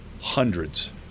hundreds